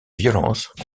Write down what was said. violence